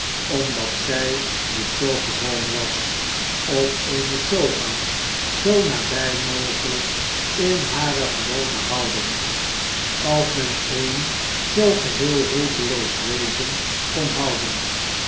omdat zij dit zoo gewoon was op eene sofa zoo nabij mogelijk in hare gewone houding als men een zoo geheel hulpeloos wezen kon houden